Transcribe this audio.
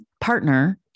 partner